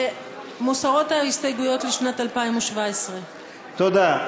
מוסרות ההסתייגויות לשנת 2017. תודה.